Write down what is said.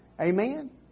Amen